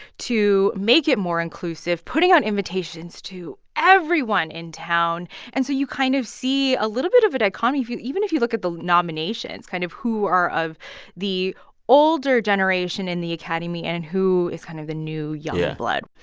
to make it more inclusive, putting out invitations to everyone in town. and so you kind of see a little bit of a dichotomy even if you look at the nominations kind of who are of the older generation in the academy and and who is kind of the new young blood